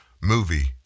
movie